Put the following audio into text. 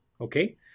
Okay